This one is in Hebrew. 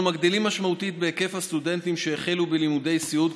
אנחנו מגדילים משמעותית את היקף הסטודנטים שהחלו בלימודי סיעוד,